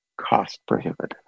cost-prohibitive